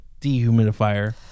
dehumidifier